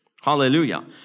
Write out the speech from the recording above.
hallelujah